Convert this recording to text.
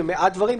זה מעט דברים.